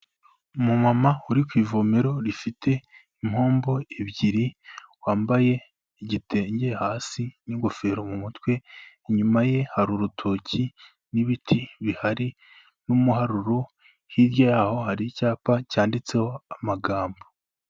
Umumama uri ku ivomero rifite impombo ebyiri, wambaye igitenge hasi n'ingofero mu mutwe, inyuma ye hari urutoki n'ibiti bihari n'umuharuro, hirya y'aho, hari icyapa cyanditseho amagambo.